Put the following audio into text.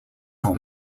home